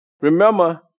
Remember